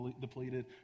depleted